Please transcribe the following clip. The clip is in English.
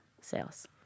sales